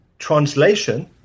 Translation